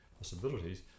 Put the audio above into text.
possibilities